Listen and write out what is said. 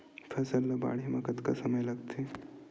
फसल ला बाढ़े मा कतना समय लगथे?